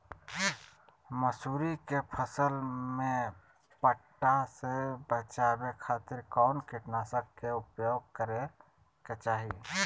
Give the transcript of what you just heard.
मसूरी के फसल में पट्टा से बचावे खातिर कौन कीटनाशक के उपयोग करे के चाही?